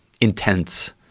intense